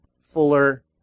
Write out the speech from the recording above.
fuller